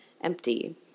empty